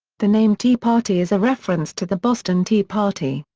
the name tea party is a reference to the boston tea party,